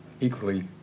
equally